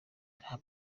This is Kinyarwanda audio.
nta